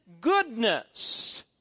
goodness